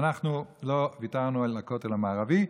אנחנו לא ויתרנו על הכותל המערבי,